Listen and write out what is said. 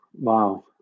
Wow